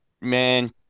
man